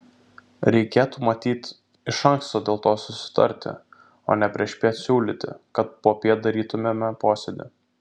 reikėtų matyt iš anksto dėl to susitarti o ne priešpiet siūlyti kad popiet darytumėme posėdį